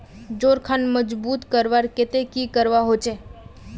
जोड़ खान मजबूत करवार केते की करवा होचए?